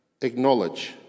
acknowledge